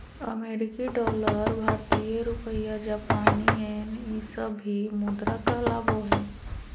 अमेरिकी डॉलर भारतीय रुपया जापानी येन ई सब भी मुद्रा कहलाबो हइ